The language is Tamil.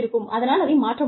அதனால் அதை மாற்ற முடியாது